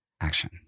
Action